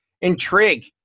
intrigue